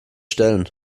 stellen